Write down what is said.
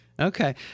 Okay